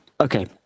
Okay